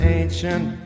ancient